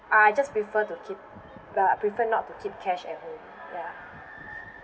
ah I just prefer to keep but I prefer not to keep cash at home ya